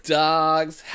dogs